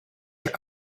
your